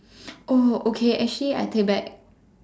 oh okay actually I take back